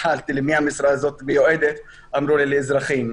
כששאלתי למי המשרה הזאת מיועדת, אמרו לי: לאזרחים.